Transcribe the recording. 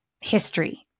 history